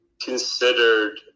considered